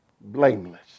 blameless